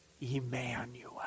emmanuel